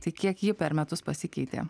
tai kiek ji per metus pasikeitė